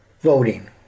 voting